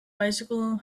bicycle